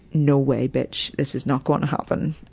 no way, bitch. this is not going to happen.